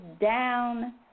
down